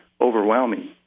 overwhelming